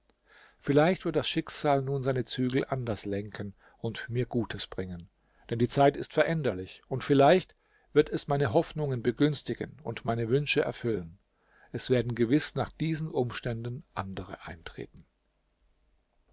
vielleicht wird das schicksal nun seine zügel anders lenken und mir gutes bringen denn die zeit ist veränderlich vielleicht wird es meine hoffnungen begünstigen und meine wünsche erfüllen es werden gewiß nach diesen umständen andere eintreten